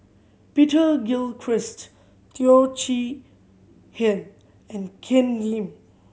Peter Gilchrist Teo Chee Hean and Ken Lim